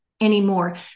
anymore